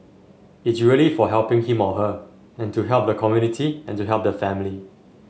it's really for helping him or her and to help the community and to help the family